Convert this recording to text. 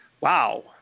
Wow